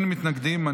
בעד, 20, אין מתנגדים.